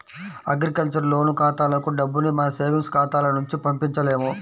agriculture loan ఖాతాలకు డబ్బుని మన సేవింగ్స్ ఖాతాల నుంచి పంపించలేము